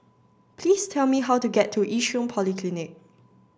please tell me how to get to Yishun Polyclinic